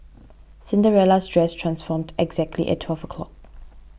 Cinderella's dress transformed exactly at twelve o' clock